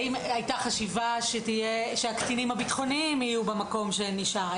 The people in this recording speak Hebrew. האם הייתה חשיבה שהקטינים הביטחוניים יהיו במקום שנשאר.